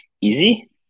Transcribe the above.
easy